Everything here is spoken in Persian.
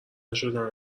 نشدن